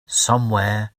somewhere